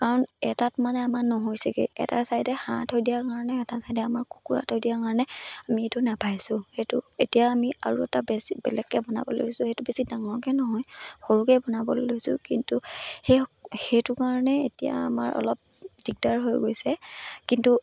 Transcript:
কাৰণ এটাত মানে আমাৰ নহৈছেগৈ এটা ছাইডে হাঁহ থৈ দিয়াৰ কাৰণে এটা ছাইডে আমাৰ কুকুৰা থৈ দিয়াৰ কাৰণে আমি এইটো নেপাইছোঁ সেইটো এতিয়া আমি আৰু এটা বেছি বেলেগকৈ বনাব লৈছোঁ সেইটো বেছি ডাঙৰকৈ নহয় সৰুকৈ বনাবলৈ লৈছোঁ কিন্তু সেই সেইটো কাৰণে এতিয়া আমাৰ অলপ দিগদাৰ হৈ গৈছে কিন্তু